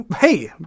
Hey